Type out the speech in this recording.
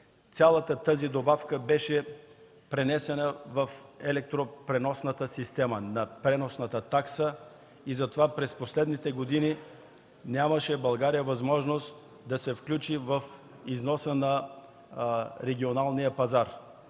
цялата тази добавка беше пренесена в електропреносната система на преносната такса. Затова през последните години България нямаше възможност да се включи в износа на регионалния пазар.